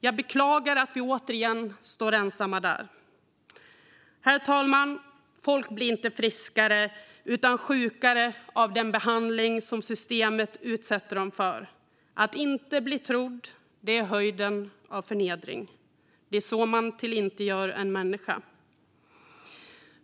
Jag beklagar att vi återigen står ensamma där. Herr talman! Folk blir inte friskare utan sjukare av den behandling som systemet utsätter dem för. Att inte bli trodd är höjden av förnedring. Det är så man tillintetgör en människa.